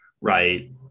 right